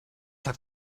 hat